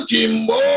Kimbo